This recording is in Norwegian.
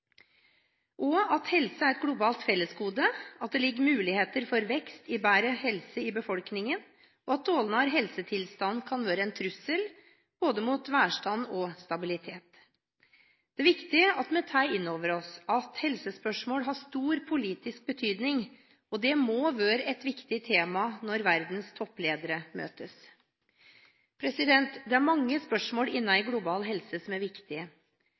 at helse er et globalt fellesgode, at det ligger muligheter for vekst i bedre helse i befolkningen, og dårligere helsetilstand kan være en trussel mot både velstand og stabilitet. Det er viktig at vi tar inn over oss at helsespørsmål har stor politisk betydning, og det må være et viktig tema når verdens toppledere møtes. Det er mange spørsmål innen global helse som er viktige.